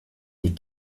des